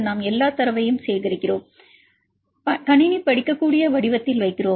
நாம் எல்லா தரவையும் சேகரிக்கிறோம் கணினி படிக்கக்கூடிய வடிவத்தில் வைக்கிறோம்